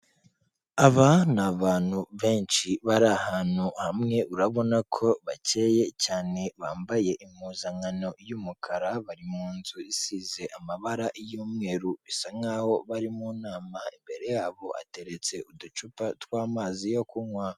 Aba ni abantu benshi bari ahantu hamwe urabona ko bakeye cyane bambaye impuzankano y'umukara, bari mu nzu isize amabara y'umweru bisa nkaho bari mu nama, imbere yabo hateretse uducupa tw'amazi yo kunywa.